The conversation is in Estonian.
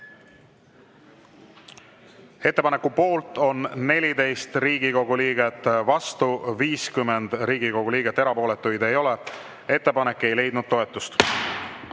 Ettepaneku poolt on 14 Riigikogu liiget, vastu 50 Riigikogu liiget, erapooletuid ei ole. Ettepanek ei leidnud toetust.